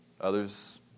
Others